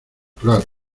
claro